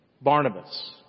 Barnabas